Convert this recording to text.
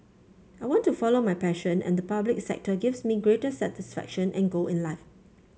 I want to follow my passion and the public sector gives me greater satisfaction and goal in life